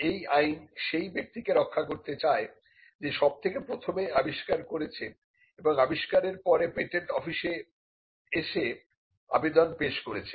এই আইন সেই ব্যক্তিকে রক্ষা করতে চায় যে সবথেকে প্রথমে আবিষ্কার করেছেএবং আবিষ্কারের পরে পেটেন্ট অফিসে এসে আবেদন পেশ করেছেন